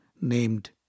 named